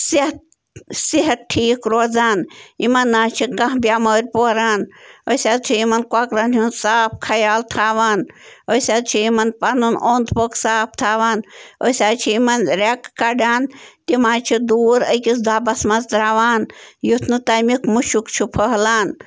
صحت صحت ٹھیٖک روزان یِمَن نَہ حظ چھِ کانٛہہ بٮ۪مٲرۍ پوران أسۍ حظ چھِ یِمَن کۄکرَن ہُنٛد صاف خیال تھاوان أسۍ حظ چھِ یِمَن پَنُن اوٚنٛد پوٚکھ صاف تھاوان أسۍ حظ چھِ یِمَن رٮ۪کہٕ کَڑان تِم حظ چھِ دوٗر أکِس دۄبَس منٛز ترٛاوان یُتھ نہٕ تَمیُک مٕشُک چھِ پھٔہلان